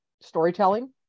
storytelling